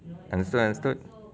understood understood